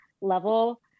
level